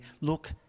look